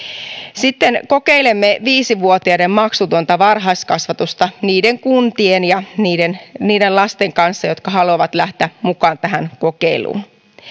sitten kokeilemme viisi vuotiaiden maksutonta varhaiskasvatusta niiden kuntien ja niiden niiden lasten kanssa jotka haluavat lähteä mukaan tähän kokeiluun